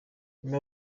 nyuma